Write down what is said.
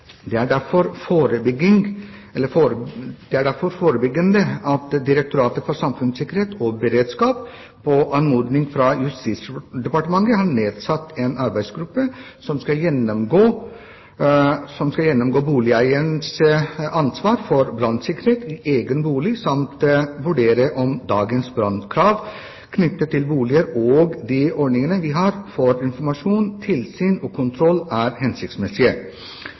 Det er derfor betryggende at Direktoratet for samfunnssikkerhet og beredskap på anmodning fra Justisdepartementet har nedsatt en arbeidsgruppe som skal gjennomgå boligeieres ansvar for brannsikkerhet i egen bolig samt vurdere om dagens brannvernkrav knyttet til boliger og de ordningene vi har for informasjon, tilsyn og kontroll, er hensiktsmessige.